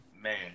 man